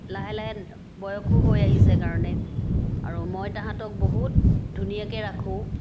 আৰু লাহে লাহে বয়সো হৈ আহিছে কাৰণে আৰু মই তাঁহাতক বহুত ধুনীয়াকৈ ৰাখোঁ